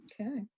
Okay